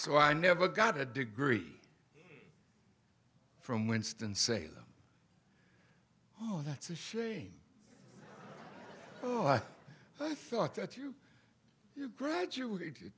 so i never got a degree from winston salem oh that's a shame oh i thought that you graduate you